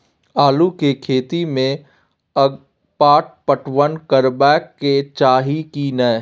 आलू के खेती में अगपाट पटवन करबैक चाही की नय?